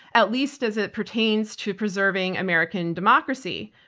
at least as it pertains to preserving american democracy.